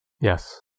Yes